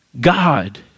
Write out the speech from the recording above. God